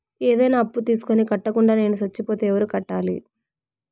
ఏదైనా అప్పు తీసుకొని కట్టకుండా నేను సచ్చిపోతే ఎవరు కట్టాలి?